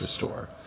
restore